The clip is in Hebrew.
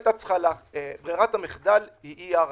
ברירת המחדל היא אי-הארכה.